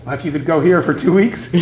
if you could go here for two weeks,